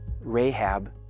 Rahab